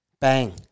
Bang